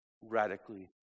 radically